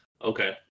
okay